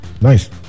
Nice